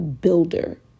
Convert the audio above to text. builder